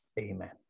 Amen